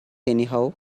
anyhow